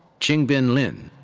qingbin lin.